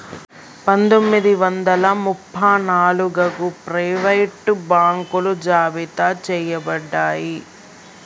పందొమ్మిది వందల ముప్ప నాలుగగు ప్రైవేట్ బాంకులు జాబితా చెయ్యబడ్డాయి